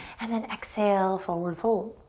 and then exhale, forward fold.